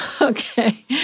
Okay